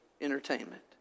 entertainment